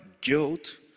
guilt